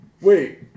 wait